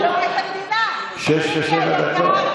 06:07. מיקי,